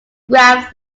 graph